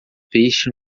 peixe